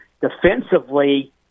defensively